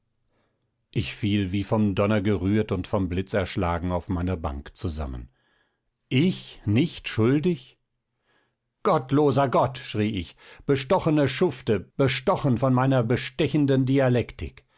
ich fiel wie vom donner gerührt und vom blitz erschlagen auf meiner bank zusammen ich nicht schuldig gottloser gott schrie ich bestochene schufte bestochen von meiner bestechenden dialektik